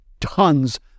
tons